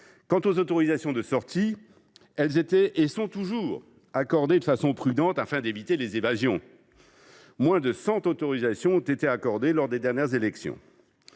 Quant aux autorisations de sortie, elles étaient, et sont toujours, accordées de façon prudente, afin d’éviter les évasions : moins de cent autorisations ont été accordées lors des dernières élections.